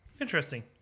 Interesting